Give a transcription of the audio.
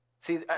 See